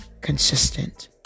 Consistent